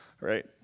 right